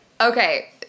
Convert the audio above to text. Okay